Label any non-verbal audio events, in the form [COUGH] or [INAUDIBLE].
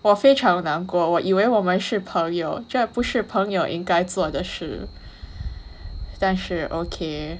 我非常难过我以为我们是朋友这不是朋友应该做的事 [BREATH] 但是 okay